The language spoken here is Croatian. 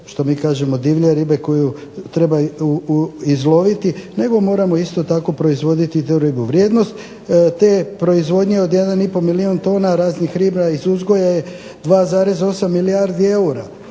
što mi kažemo divlje ribe koju treba izloviti, nego moramo isto tako proizvoditi tu ribu. Vrijednost te proizvodnje od jedan i pol milijun tona raznih riba iz uzgoja je 2,8 milijardi eura.